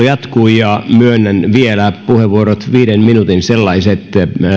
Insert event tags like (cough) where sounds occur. (unintelligible) jatkuu ja myönnän vielä puheenvuorot viiden minuutin sellaiset